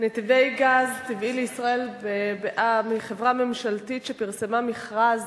"נתיבי גז טבעי לישראל" בע"מ היא חברה ממשלתית שפרסמה מכרז